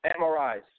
MRIs